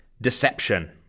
Deception